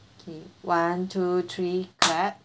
okay one two three clap